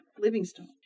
Livingstone